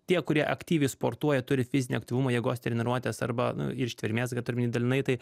tie kurie aktyviai sportuoja turi fizinį aktyvumą jėgos treniruotes arba nu ir ištvermės turiu omeny dalinai tai